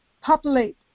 populate